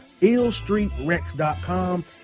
IllStreetRex.com